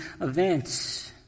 events